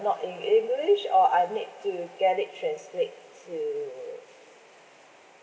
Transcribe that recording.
not in english or I need to get it translate to